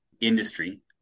industry